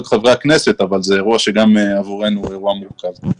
חברי הכנסת אבל זה אירוע שגם עבורנו הוא אירוע מורכב.